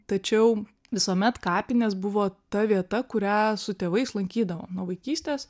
tačiau visuomet kapinės buvo ta vieta kurią su tėvais lankydavam nuo vaikystės